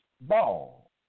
ball